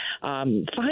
find